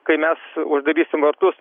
kai mes uždarysim vartus